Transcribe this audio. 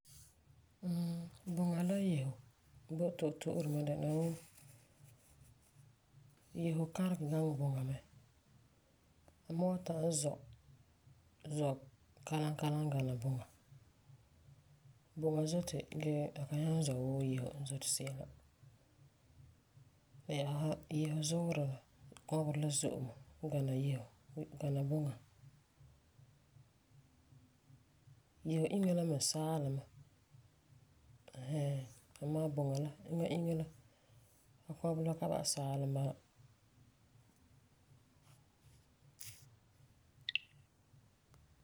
Mmm buŋa la yefo boi to'ore to'ore mɛ dɛna wuu yefo karegɛ gaŋɛ buŋa mɛ a me wan ta'am zɔ zɔ kalam kalam gana buŋa. Buŋa zoti gee a kan nyaŋɛ zɔ wuu yefo n zoti se'em la. Le yɛ'ɛsa, yefo Zuurɛ la kɔberɔ zo'e gana yefo gana buŋa. Yefo inŋa la me saalum mɛ ɛn hɛɛn amaa buŋa inŋa la eŋa kɔberɔ ka ba'am saalum bala.